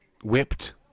whipped